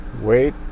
wait